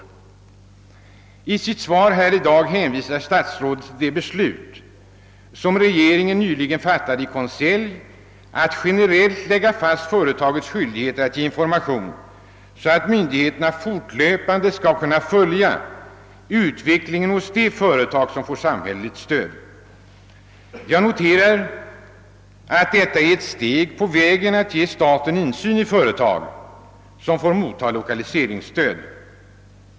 Vidare hänvisar statsrådet i sitt svar till det beslut som regeringen nyligen fattat i konselj att generellt fastlägga företagens skyldigheter att ge information, så att myndigheterna fortlöpande skall kunna följa utvecklingen hos de företag som får samhälleligt stöd. Jag noterar att detta är ett steg på vägen mot att ge staten insyn i företag som får mottaga lokaliseringsstöd.